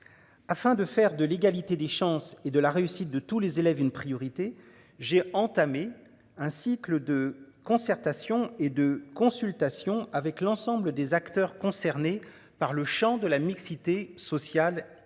Afin de faire de l'égalité des chances et de la réussite de tous les élèves, une priorité. J'ai entamé un cycle de concertation et de consultation avec l'ensemble des acteurs concernés par le chant de la mixité sociale et scolaire.